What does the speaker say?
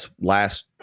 last